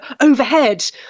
overhead